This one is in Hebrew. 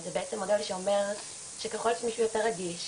זה בעצם מודל שאומר שככל שמישהו יותר רגיש,